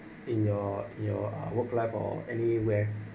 in your your work life or anywhere